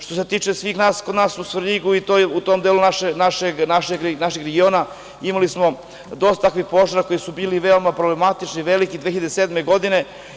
Što se tiče svih nas u Svrljigu i u tom delu našeg regiona, imali smo dosta takvih požara koji su bili veoma problematični, veliki, 2007. godine.